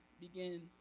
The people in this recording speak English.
begin